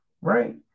Right